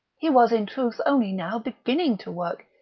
he was in truth only now beginning to work.